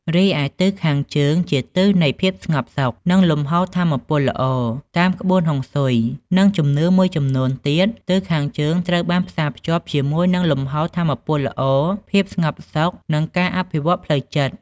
រីឯទិសខាងជើងជាទិសនៃភាពស្ងប់សុខ និងលំហូរថាមពលល្អ តាមក្បួនហុងស៊ុយ និងជំនឿមួយចំនួនទៀត ទិសខាងជើងត្រូវបានផ្សារភ្ជាប់ជាមួយនឹងលំហូរថាមពលល្អ ភាពស្ងប់សុខ និងការអភិវឌ្ឍន៍ផ្លូវចិត្ត។